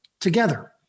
together